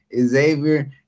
Xavier